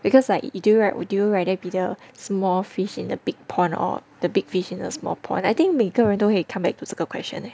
because like would you right would you rather be the small fish in the big pond or the big fish in a small pond I think 每个人都会 come back to 这个 question eh